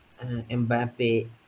mbappe